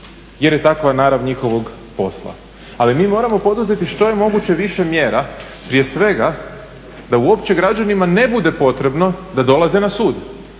jer je takva narav njihovog posla. Ali mi moramo poduzeti što je moguće više mjera, prije svega da uopće građanima ne bude potrebno da dolaze na sud.